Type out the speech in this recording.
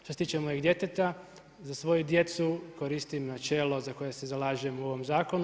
Što se tiče mojeg djeteta, za svoju djecu koristim načelo za koje se zalažem u ovom zakonu.